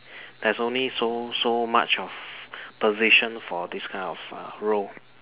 there's only so so much of position for this kind of uh role